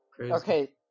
Okay